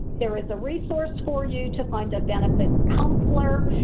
there is a resource for you to find a benefits counselor.